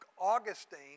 Augustine